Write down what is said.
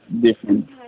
different